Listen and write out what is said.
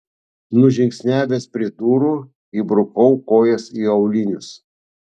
nužingsniavęs prie durų įbrukau kojas į aulinius